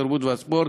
התרבות והספורט,